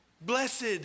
Blessed